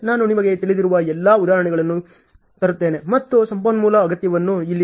ನಾನು ನಿಮಗೆ ತಿಳಿದಿರುವ ಎಲ್ಲಾ ಉದಾಹರಣೆಗಳನ್ನು ತರುತ್ತೇನೆ ಮತ್ತು ಸಂಪನ್ಮೂಲ ಅಗತ್ಯವನ್ನು ಇಲ್ಲಿ ನೋಡೋಣ